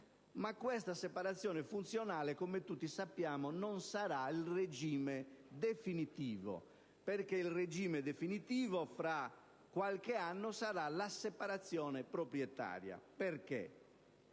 ma questa separazione funzionale, come tutti sappiamo, non sarà il regime definitivo, perché il regime definitivo tra qualche anno sarà la separazione proprietaria. Dico